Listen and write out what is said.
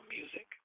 music